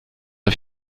auf